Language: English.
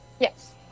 Yes